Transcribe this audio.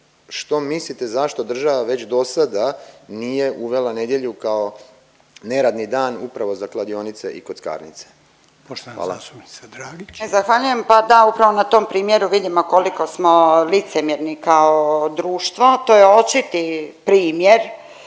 što mislite zašto država već dosada nije uvela nedjelju kao neradni dan upravo za kladionice i kockarnice. Hvala. **Reiner, Željko (HDZ)** Poštovana zastupnica Dragić. **Dragić, Irena (SDP)** Zahvaljujem. Pa da upravo na tom primjeru vidimo koliko smo licemjerni kao društvo. To je očiti primjer,